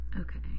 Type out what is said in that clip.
okay